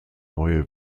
neue